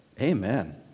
Amen